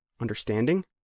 Understanding